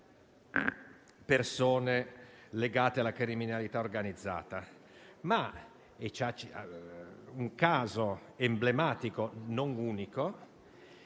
persone legate alla criminalità organizzata). Un caso emblematico e non unico